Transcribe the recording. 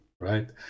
Right